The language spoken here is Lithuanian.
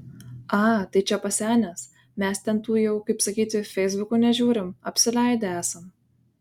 a tai čia pasenęs mes ten tų jau kaip sakyti feisbukų nežiūrim apsileidę esam